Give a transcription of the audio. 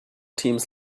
teams